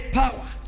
power